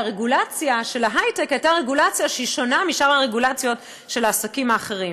והרגולציה של ההיי-טק הייתה רגולציה שונה מהרגולציות של העסקים האחרים.